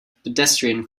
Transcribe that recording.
pedestrian